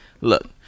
look